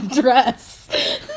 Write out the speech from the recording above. Dress